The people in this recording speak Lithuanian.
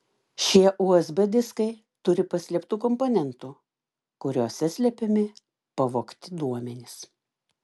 šie usb diskai turi paslėptų komponentų kuriuose slepiami pavogti duomenys